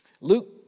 Luke